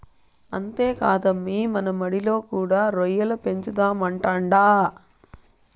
అంతేకాదమ్మీ మన మడిలో కూడా రొయ్యల పెంచుదామంటాండా